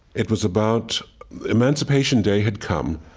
it was about emancipation day had come.